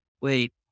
wait